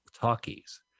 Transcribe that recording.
talkies